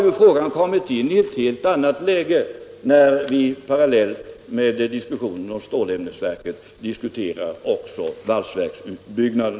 Nu har frågan kommit i ett helt annat läge när vi parallellt med diskussionen om stålämnesverket diskuterar också valsverksutbyggnader.